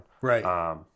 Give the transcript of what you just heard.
Right